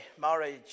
Marriage